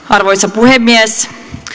arvoisa puhemies